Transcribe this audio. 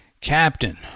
captain